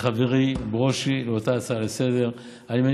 לחברי ברושי באותה הצעה לסדר-היום.